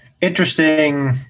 Interesting